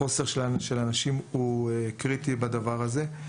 חוסר האנשים הוא קריטי בדבר הזה.